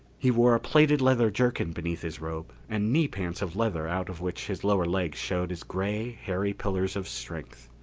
he wore a plaited leather jerkin beneath his robe and knee pants of leather out of which his lower legs showed as gray, hairy pillars of strength.